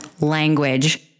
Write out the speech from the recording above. language